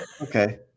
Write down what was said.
okay